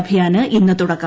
അഭിയാന് ഇന്ന് തുടക്കം